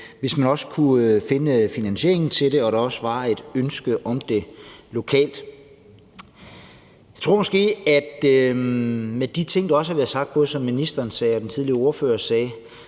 hvis man også kunne finde finansieringen til det og der også var et ønske om det lokalt. Jeg tror måske, at jeg i hvert fald med de ting, som både ministeren og den tidligere ordfører sagde,